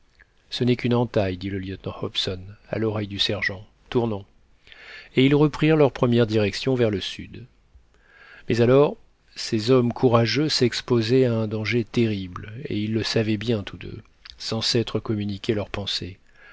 ce n'est qu'une entaille dit le lieutenant hobson à l'oreille du sergent tournons et ils reprirent leur première direction vers le sud mais alors ces hommes courageux s'exposaient à un danger terrible et ils le savaient bien tous deux sans s'être communiqué leur pensée